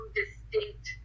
distinct